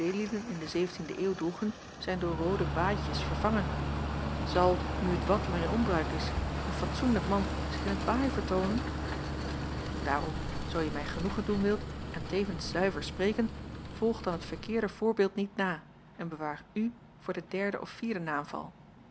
in de zeventiende eeuw droegen zijn door roode baaitjens vervangen zal nu het wadmer in onbruik is een fatsoenlijk man zich in t baai vertoonen daarom zoo je mij genoegen doen wilt en tevens zuiver spreken volg dan het verkeerde voorbeeld niet na en bewaar u voor den derden of vierden naamval